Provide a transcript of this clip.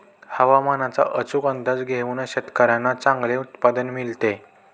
हवामानाचा अचूक अंदाज घेऊन शेतकाऱ्यांना चांगले उत्पादन मिळते